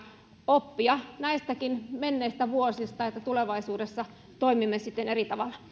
oppia näistäkin menneistä vuosista että tulevaisuudessa toimimme sitten eri tavalla